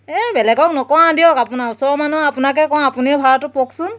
এই বেলেগক নকওঁ আৰু দিয়ক আপোনাৰ ওচৰৰ মানুহ আপোনাকে কওঁ আপুনিয়ে ভাড়াটো পাওকচোন